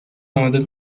اماده